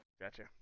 Gotcha